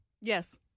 Yes